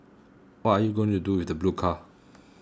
what are you going to do with the blue car